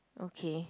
okay